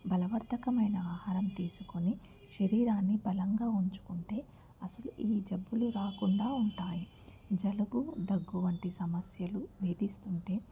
బలవంతకమైన ఆహారం తీసుకుని శరీరాన్ని బలంగా ఉంచుకుంటే అసలు ఈ జబ్బులు రాకుండా ఉంటాయి జలుబు దగ్గు వంటి సమస్యలు వేధిస్తుంటే